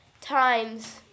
times